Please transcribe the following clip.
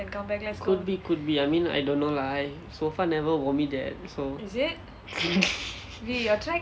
could be could be I mean I don't know lah I so far never vomit yet so